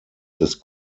des